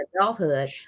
adulthood